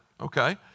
Okay